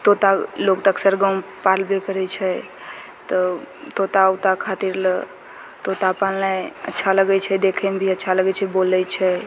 तोता लोग तऽ अक्सर गाँवमे पालबे करै छै तऽ तोता उता खातिर लए तोता पालनाइ अच्छा लगै छै देखैमे भी अच्छा लगै छै बोलै छै